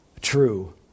true